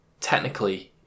technically